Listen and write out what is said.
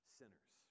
sinners